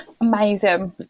Amazing